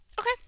Okay